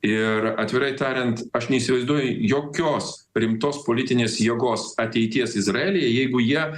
ir atvirai tariant aš neįsivaizduoju jokios rimtos politinės jėgos ateities izraelyje jeigu jie